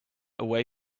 away